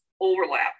overlap